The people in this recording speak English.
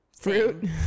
Fruit